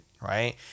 right